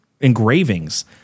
engravings